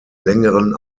längeren